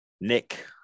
Nick